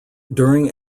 during